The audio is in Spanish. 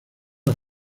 las